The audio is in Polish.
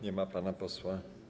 Nie ma pana posła.